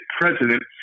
president